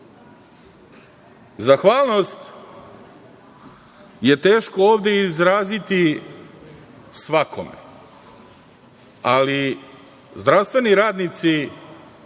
način. Zahvalnost je teško ovde izraziti svakome, ali zdravstveni radnici